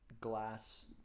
glass